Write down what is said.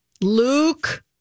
Luke